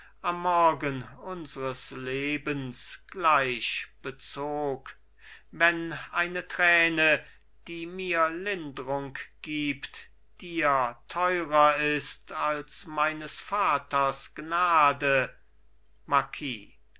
am morgen unsres lebens gleich bezog wenn eine träne die mir lindrung gibt dir teurer ist als meines vaters gnade